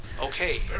Okay